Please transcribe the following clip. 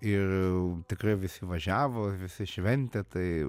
ir tikrai visi važiavo visi šventė tai